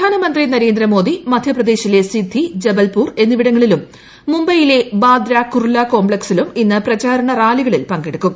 പ്രധാനമന്ത്രി നരേന്ദ്രമോദി മധ്യപ്രദേശിലെ സിദ്ധി ജപൽപൂർ എന്നിവിടങ്ങളിലും മുംബൈയിലെ ബാന്ദ്രാ കുർള കോംപ്ലക്സിലും ഇന്ന് പ്രചാരണ റാലികളിൽ പങ്കെടുക്കും